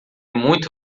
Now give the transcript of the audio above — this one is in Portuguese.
muito